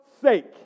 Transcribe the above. sake